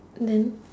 then